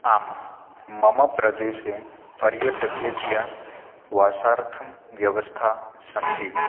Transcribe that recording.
आं मम प्रदेशे पर्यटकेभ्यः वासार्थं व्यवस्थाः सन्ति